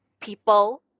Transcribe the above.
people